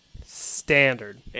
Standard